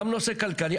גם נושא כלכלי,